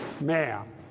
man